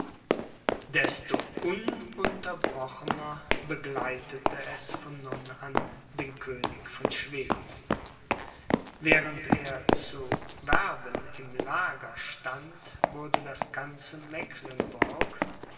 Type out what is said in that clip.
desto ununterbrochener begleitete es von nun an den könig von schweden während er zu werben im lager stand wurde das ganze mecklenburg